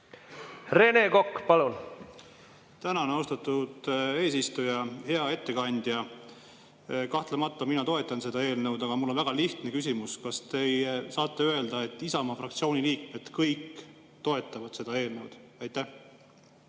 Rene Kokk, palun! Tänan, austatud eesistuja! Hea ettekandja! Kahtlemata mina toetan seda eelnõu. Aga mul on väga lihtne küsimus: kas teie saate öelda, et Isamaa fraktsiooni liikmed kõik toetavad seda eelnõu? Tänan,